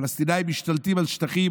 פלסטינים משתלטים על שטחים,